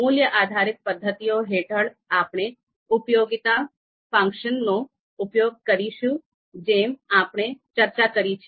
મૂલ્ય આધારિત પદ્ધતિઓ હેઠળ આપણે ઉપયોગિતા ફંક્શનનો ઉપયોગ કરીશું જેમ આપણે ચર્ચા કરી છે